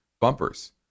bumpers